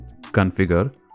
configure